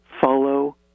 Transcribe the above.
follow